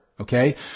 Okay